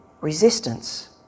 resistance